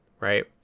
right